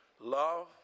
love